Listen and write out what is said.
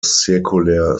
circular